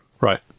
Right